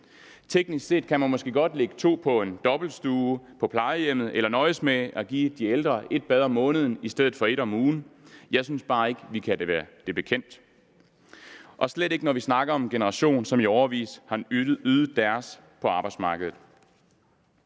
Teknisk set kan man måske godt ligge to på en dobbeltstue på plejehjemmet eller nøjes med at give de ældre et bad om måneden i stedet for et om ugen. Jeg synes bare ikke, at vi kan være det bekendt, og slet ikke, når vi snakker om en generation, som i årevis har ydet deres på arbejdsmarkedet.